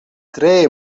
tre